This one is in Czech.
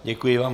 Děkuji vám.